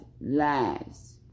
lives